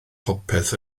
popeth